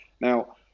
Now